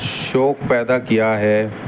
شوق پیدا کیا ہے